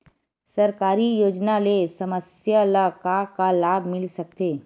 सरकारी योजना ले समस्या ल का का लाभ मिल सकते?